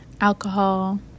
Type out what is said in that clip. alcohol